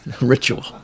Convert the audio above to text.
Ritual